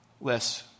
less